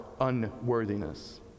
unworthiness